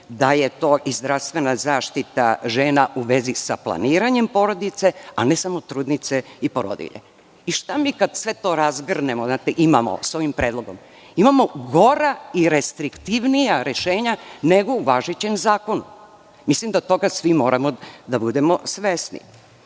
da je to i zdravstvena zaštita žena u vezi sa planiranjem porodice, a ne samo trudnice i porodilje. Šta mi kada sve to razgrnemo, znate, imamo s ovim predlogom? Imamo gora i restriktivnija rešenja nego u važećem zakonu. Mislim da toga svi moramo da budemo svesni.U